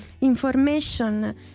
information